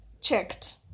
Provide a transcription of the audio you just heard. Checked